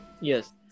yes